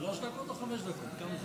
שלוש דקות או חמש דקות, כמה זה?